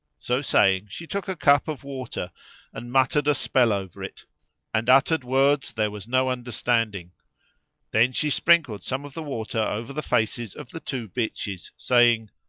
so saying she took a cup of water and muttered a spell over it and uttered words there was no understanding then she sprinkled some of the water over the faces of the two bitches, saying,